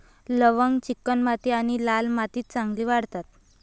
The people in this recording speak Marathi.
लवंग चिकणमाती आणि लाल मातीत चांगली वाढतात